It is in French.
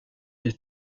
des